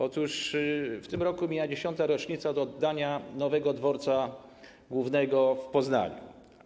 Otóż w tym roku mija 10. rocznica oddania nowego dworca głównego w Poznaniu.